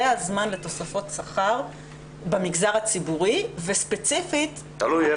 זה הזמן לתוספות שכר במגזר הציבורי וספציפית -- תלוי איפה.